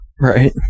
Right